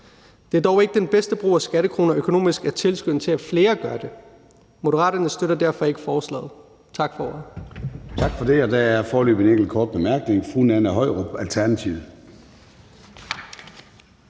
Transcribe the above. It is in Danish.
Det er dog ikke den bedste brug af skattekroner økonomisk at tilskynde til, at flere gør det. Moderaterne støtter derfor ikke forslaget. Tak for ordet.